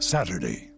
Saturday